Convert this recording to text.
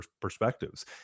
perspectives